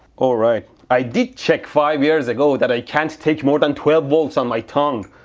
all right, i did check five years ago that i can't take more than twelve volts on my tongue!